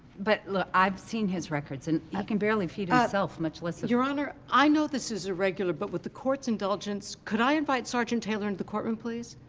but, look, i've seen his records, and he can barely feed himself, much less a. your honor, i know this is irregular, but with the court's indulgence, could i invite sergeant taylor into the court room, please?